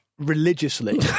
religiously